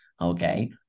okay